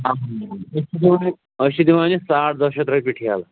أسۍ چھِ دِوان یہِ أسۍ چھِ دِوان یہِ ساڑ دۄہ شتھ رۄپیہِ ٹھیلہٕ